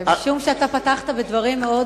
משום שאתה פתחת בדברים מאוד,